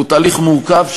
והוא תהליך מורכב,